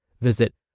Visit